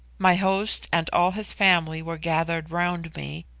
my host and all his family were gathered round me,